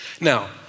Now